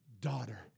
Daughter